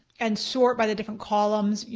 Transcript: and sort by the different columns.